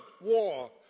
war